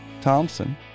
Thompson